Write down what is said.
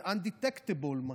זה undetectable בגוף,